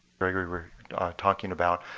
gregory were talking about.